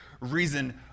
reason